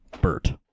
Bert